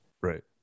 right